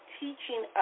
teaching